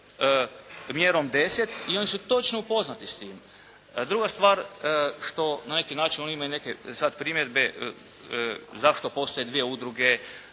mjerom 10. i oni su točno upoznati s time. Druga je stvar što na neki način oni imaju neke sad primjedbe zašto postoje dvije udruge